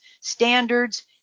standards